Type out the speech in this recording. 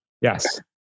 Yes